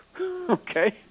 Okay